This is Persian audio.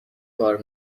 کار